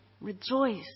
Rejoice